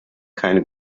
keine